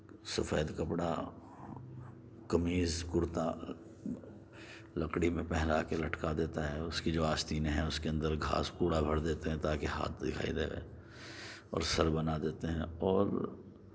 سفید کپڑا قمیض کرتہ لکڑی میں پہنا کے لٹکا دیتا ہے اس کی جو آستینیں ہیں اس کے اندر گھاس کوڑا بھر دیتے ہیں تاکہ ہاتھ دکھائی دے اور سر بنا دیتے ہیں اور